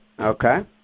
Okay